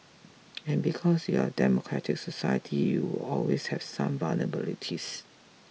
and because your a democratic society you will always have some vulnerabilities